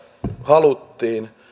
haluttiin